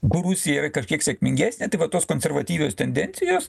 buvusi yra kažkiek sėkmingesnė tai va tos konservatyvios tendencijos